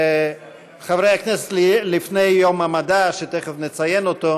חברי הכנסת, לפני יום המדע, שתכף נציין אותו,